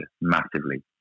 massively